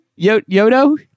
Yodo